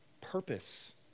purpose